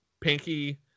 pinky